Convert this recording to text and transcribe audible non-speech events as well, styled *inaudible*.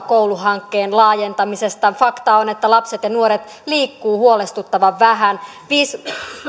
*unintelligible* koulu hankkeen laajentamisesta fakta on että lapset ja nuoret liikkuvat huolestuttavan vähän